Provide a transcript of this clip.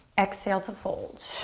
exhale to fold.